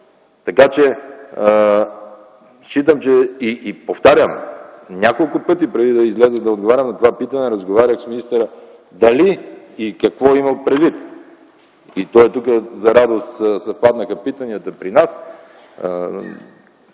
пространство. И повтарям, няколко пъти преди да изляза да отговарям на това питане разговарях с министъра - дали и какво е имал предвид, той е тук, за радост съвпаднаха питанията при нас